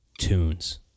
Tunes